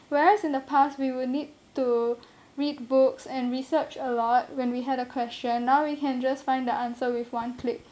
whereas in the past we will need to read books and research a lot when we had a question now we can just find the answer with one click